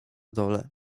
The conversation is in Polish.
dole